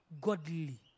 Godly